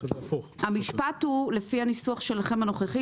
לפי הניסוח הנוכחי שלכם,